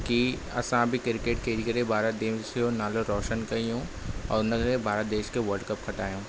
की असां बि क्रिकेट खेली करे भारत देश जो नालो रोशन कयूं ऐं हुनखे भारत देश खे वर्ल्ड कप खटायूं